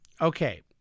okay